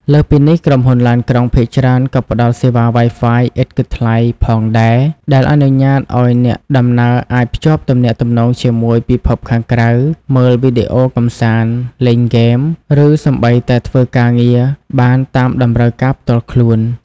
លើសពីនេះ ក្រុមហ៊ុនឡានក្រុងភាគច្រើនក៏ផ្តល់សេវា Wi-Fi ឥតគិតថ្លៃ ផងដែរ ដែលអនុញ្ញាតឱ្យអ្នកដំណើរអាចភ្ជាប់ទំនាក់ទំនងជាមួយពិភពខាងក្រៅ មើលវីដេអូកម្សាន្ត លេងហ្គេម ឬសូម្បីតែធ្វើការងារបានតាមតម្រូវការផ្ទាល់ខ្លួន។